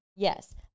Yes